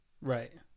Right